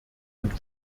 und